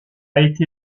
été